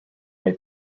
may